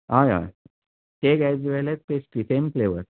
हय हय cake as well as pastry same flavour